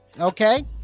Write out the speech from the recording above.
okay